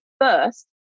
first